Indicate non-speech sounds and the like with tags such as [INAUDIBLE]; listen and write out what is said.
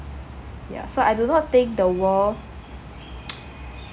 ya so I do not think the world [NOISE]